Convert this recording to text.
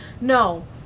No